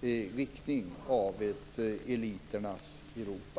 i riktningen mot ett eliternas Europa.